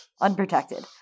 unprotected